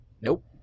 Nope